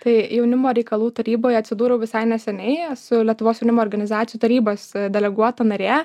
tai jaunimo reikalų taryboje atsidūriau visai neseniai esu lietuvos jaunimo organizacijų tarybos deleguota narė